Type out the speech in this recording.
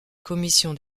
commission